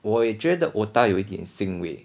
我也觉得 otah 有一点腥味